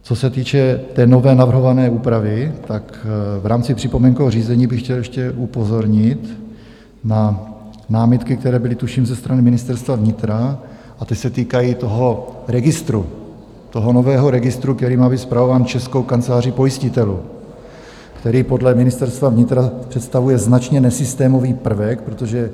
Co se týče nové navrhované úpravy, v rámci připomínkového řízení bych chtěl ještě upozornit na námitky, které byly tuším ze strany Ministerstva vnitra, a ty se týkají toho registru, nového registru, který má být spravován Českou kanceláří pojistitelů, který podle Ministerstva vnitra představuje značně nesystémový prvek, protože